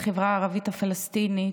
בחברה הערבית הפלסטינית,